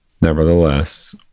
Nevertheless